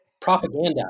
propaganda